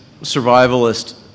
survivalist